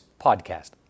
Podcast